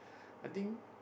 I think